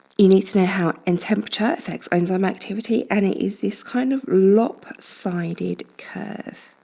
you need to know how in temperature affects enzyme activity and it is this kind of lopsided curve.